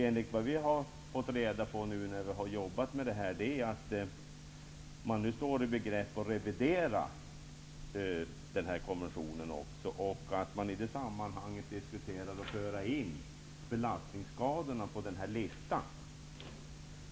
Enligt vad vi fått reda på när vi arbetat med denna fråga står man nu i begrepp att revidera konventionen. I det sammanhanget har man diskuterat att föra in belastningsskadorna på listan.